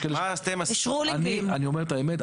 אני אומר את האמת,